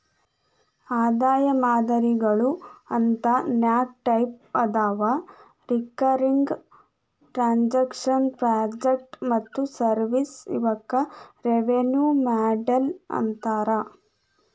ಆದಾಯ ಮಾದರಿಗಳು ಅಂತ ನಾಕ್ ಟೈಪ್ ಅದಾವ ರಿಕರಿಂಗ್ ಟ್ರಾಂಜೆಕ್ಷನ್ ಪ್ರಾಜೆಕ್ಟ್ ಮತ್ತ ಸರ್ವಿಸ್ ಇವಕ್ಕ ರೆವೆನ್ಯೂ ಮಾಡೆಲ್ ಅಂತಾರ